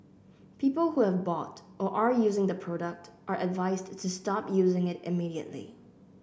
people who have bought or are using the product are advised to stop using it immediately